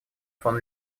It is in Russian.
фон